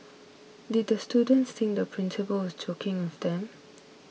did the students think the principal was joking with them